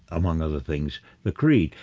among other things, the creed.